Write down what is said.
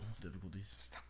difficulties